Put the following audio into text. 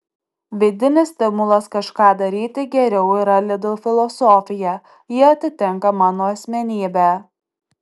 vidinis stimulas kažką daryti geriau yra lidl filosofija ji atitinka mano asmenybę